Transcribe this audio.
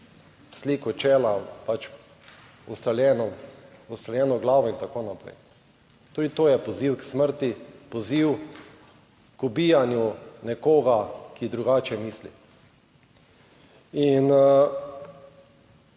sliko čela, ustreljeno glavo in tako naprej. Tudi to je poziv k smrti, poziv k ubijanju nekoga, ki drugače misli. In